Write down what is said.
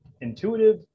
intuitive